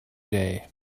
day